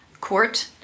court